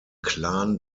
clan